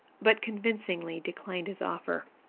but convincingly, declined his offer.